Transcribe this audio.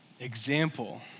example